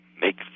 make